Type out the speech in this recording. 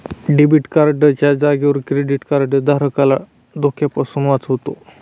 debit card च्या जागेवर credit card धारकाला धोक्यापासून वाचवतो